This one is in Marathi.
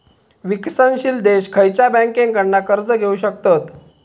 विकसनशील देश खयच्या बँकेंकडना कर्ज घेउ शकतत?